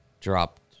dropped